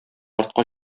артка